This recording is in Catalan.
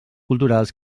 culturals